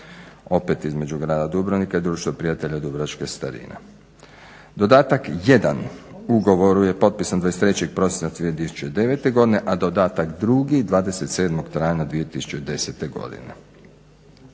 opet između grada Dubrovnika i Društvo prijatelja dubrovačke starine. Dodatak 1 ugovoru je potpisan 23.prosinca 2009.godine a dodatak drugi 27.travnja 2010.godine.